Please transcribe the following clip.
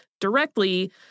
directly